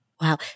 Wow